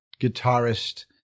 guitarist